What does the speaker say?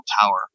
tower